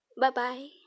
Bye-bye